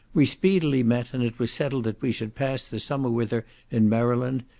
we speedily met, and it was settled that we should pass the summer with her in maryland,